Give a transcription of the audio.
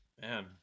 Man